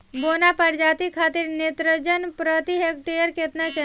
बौना प्रजाति खातिर नेत्रजन प्रति हेक्टेयर केतना चाही?